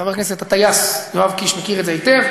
חבר הכנסת הטייס, יואב קיש, מכיר את זה היטב.